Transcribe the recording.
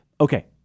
okay